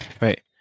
Right